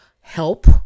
help